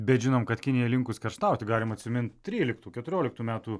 bet žinom kad kinija linkus kerštauti galim atsimint tryliktų keturioliktų metų